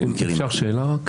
אפשר שאלה?